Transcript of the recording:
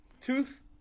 Tooth